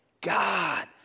God